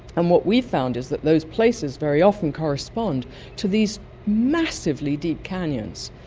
and what we've found is that those places very often correspond to these massively deep canyons.